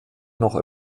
noch